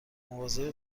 مواظب